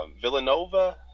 Villanova